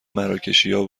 مراکشیا